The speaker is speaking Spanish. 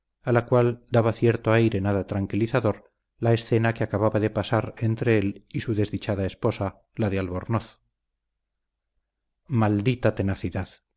a la cual daba cierto aire nada tranquilizador la escena que acababa de pasar entre él y su desdichada esposa la de albornoz maldita tenacidad